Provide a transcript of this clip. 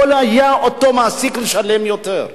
יכול היה אותו מעסיק לשלם יותר.